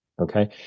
Okay